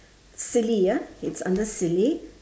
silly ah it's under silly